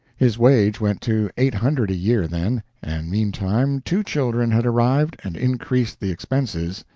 his wage went to eight hundred a year, then, and meantime two children had arrived and increased the expenses,